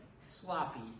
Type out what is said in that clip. sloppy